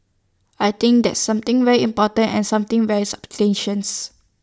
I think that's something very important and something very substantial